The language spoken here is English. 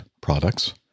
products